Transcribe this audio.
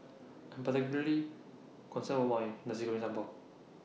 I Am particularly concern about Nasi Goreng Sambal